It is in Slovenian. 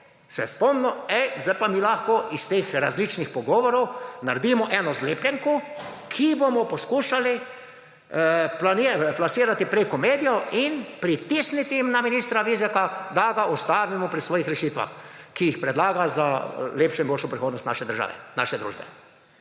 spomnil – E, zdaj pa mi lahko iz teh različnih pogovorov naredimo eno zlepljenko, ki jo bomo poskušali plasirati preko medijev in pritisniti na ministra Vizjaka, da ga ustavimo pri svojih rešitvah, ki jih predlaga za lepšo in boljšo prihodnost naše države,